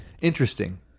Interesting